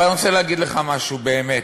אבל אני רוצה להגיד לך משהו באמת,